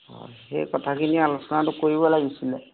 অঁ সেই কথাখিনি আলোচনাটো কৰিব লাগিছিলে